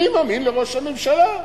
אני מאמין לראש הממשלה,